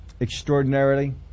extraordinarily